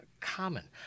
common